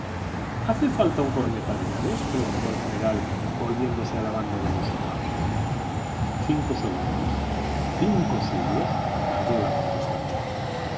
hace falta un corneta de llaves preguntó el general volviéndose a la banda de música cinco segundos cinco siglos tardó la contestación